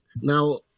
Now